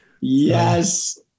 Yes